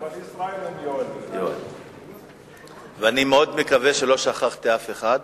אני מאוד מקווה שלא שכחתי אף אחד.